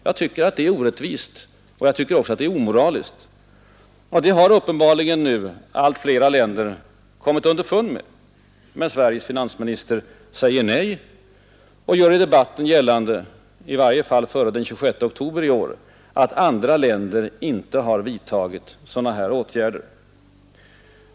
Jag tycker att detta är orättvist, och jag tycker också att det är omoraliskt, och det har uppenbarligen nu allt flera länder kommit underfund med. Men Sveriges finansminister säger nej och gör i debatten gällande — i varje fall före den 26 oktober i år — att andra länder inte har vidtagit sådana här åtgärder.